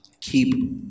Keep